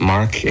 Mark